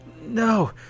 No